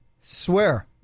swear